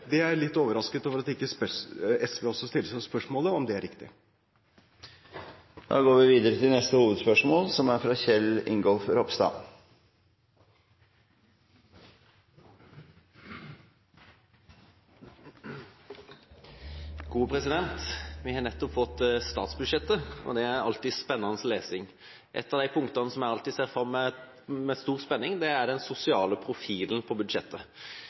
er jeg litt overrasket over at ikke også SV stiller spørsmål ved om det er riktig. Da går vi videre til neste hovedspørsmål. Vi har nettopp fått statsbudsjettet, og det er alltid spennende lesning. Ett av punktene jeg alltid ser fram til med stor spenning, er den sosiale profilen på budsjettet.